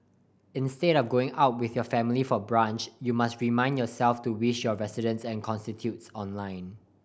instead of going out with your family for brunch you must remind yourself to wish your residents and constituents online